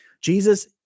Jesus